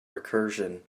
recursion